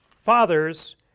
Fathers